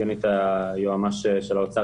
סגנית היועץ המשפטי של משרד האוצר,